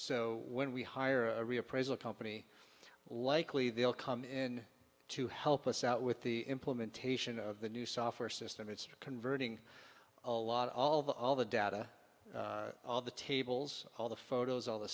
so when we hire a reappraisal company likely they'll come in to help us out with the implementation of the new software system it's converting a lot of all the data all the tables all the photos all the